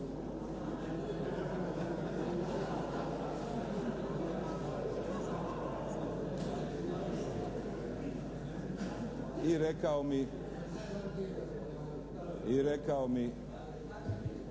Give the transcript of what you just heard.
I rekao mi, i rekao mi